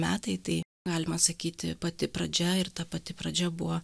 metai tai galima sakyti pati pradžia ir ta pati pradžia buvo